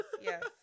Yes